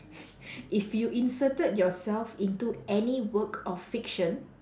if you inserted yourself into any work of fiction